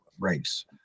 race